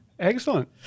Excellent